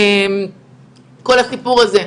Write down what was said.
כל הסיפור הזה,